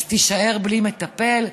אז תישאר בלי מטפל?